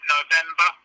November